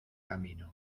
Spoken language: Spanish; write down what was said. camino